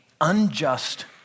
unjust